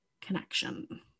connection